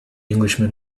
englishman